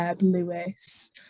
lewis